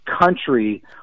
country